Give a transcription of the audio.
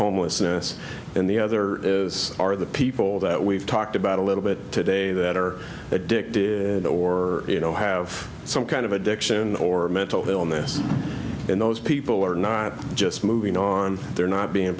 homelessness and the other is are the people that we've talked about a little bit today that are addicted or you know have some kind of addiction or mental illness and those people are not just moving on they're not being